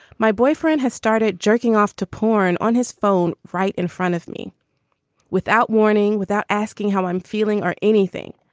my boyfriend has started jerking off to porn on his phone right in front of me without without warning, without asking how i'm feeling or anything.